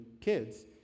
kids